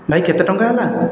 ଭାଇ କେତେ ଟଙ୍କା ହେଲା